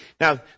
Now